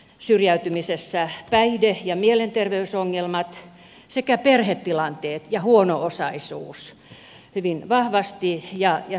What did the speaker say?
syrjäytymisessä nousevat päihde ja mielenterveysongelmat sekä perhetilanteet ja huono osaisuus hyvin vahvasti esille